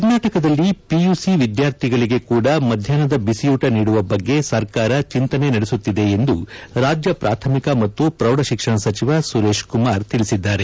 ಕರ್ನಾಟಕದಲ್ಲಿ ಪಿಯುಸಿ ವಿದ್ಯಾರ್ಥಿಗಳಿಗೆ ಕೂಡಾ ಮಧ್ಯಾಹ್ವದ ಬಿಸಿಯೂಟ ನೀಡುವ ಬಗ್ಗೆ ಸರ್ಕಾರ ಚಿಂತಿಸುತ್ತಿದೆ ಎಂದು ಪ್ರಾಥಮಿಕ ಮತ್ತು ಪ್ರೌಢ ಶಿಕ್ಷಣ ಸಚಿವ ಸುರೇಶ್ ಕುಮಾರ್ ಹೇಳಿದ್ದಾರೆ